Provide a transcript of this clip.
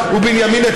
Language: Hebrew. הם יכולים להמשיך לפגוע,